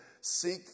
Seek